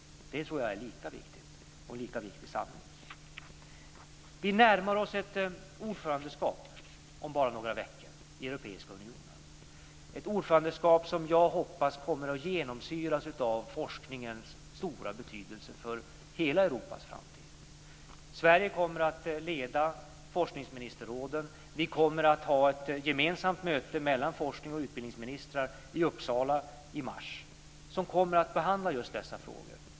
Det tror jag är lika viktigt, och en lika viktig sanning. Vi närmar oss om bara några veckor ett svenskt ordförandeskap i Europeiska unionen. Det är ett ordförandeskap som jag hoppas kommer att genomsyras av forskningens stora betydelse för hela Europas framtid. Sverige kommer att leda forskningsministerråden. Det kommer att bli ett gemensamt möte mellan forsknings och utbildningsministrar i Uppsala i mars som ska behandla just dessa frågor.